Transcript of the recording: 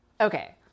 Okay